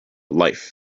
life